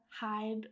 hide